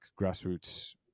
grassroots